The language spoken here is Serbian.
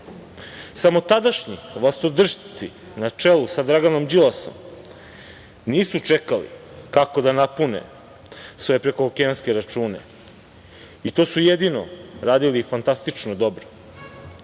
Samo tadašnji vlastodršci na čelu sa Draganom Đilasom nisu čekali kako da napune svoje prekookeanske račune i to su jedino radili fantastično dobro,